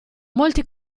molti